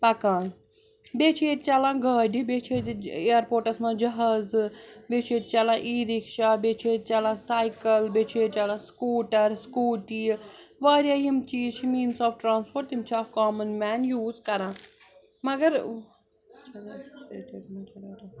پَکان بیٚیہِ چھِ ییٚتہِ چَلان گاڑِ بیٚیہِ چھِ ییٚتہِ اِیَرپوٹَس مَنٛز جَہازٕ بیٚیہِ چھِ ییٚتہِ چَلان اِیی رِکشا بیٚیہِ چھُ ییٚتہِ چَلان سایکَل بیٚیہِ چھُ ییٚتہِ چَلان سکوٗٹَر سکوٗٹی وارِیاہ یِم چیٖز چھِ میٖنٕز آف ٹرٛانَسپوٹ تِم چھِ اَکھ کامَن مین یوٗز کَران مگر